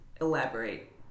elaborate